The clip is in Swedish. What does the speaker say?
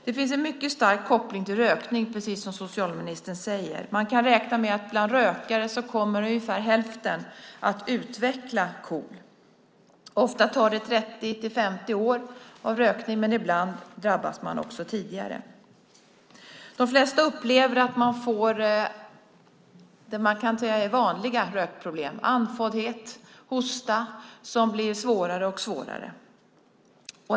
Det finns en mycket stark koppling till rökning, precis som socialministern säger. Man kan räkna med att bland rökare kommer ungefär hälften att utveckla KOL. Ofta tar det 30-50 år av rökning, men ibland drabbas man tidigare. De flesta upplever att de får vanliga rökproblem - andfåddhet och hosta som blir svårare och svårare.